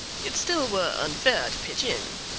it still were unfair to pitch in,